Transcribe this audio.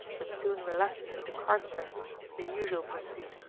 but soon relapses into card-playing the usual pursuit.